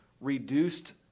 reduced